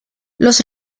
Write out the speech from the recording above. los